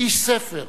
ואיש ספר